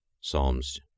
Psalms